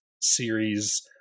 series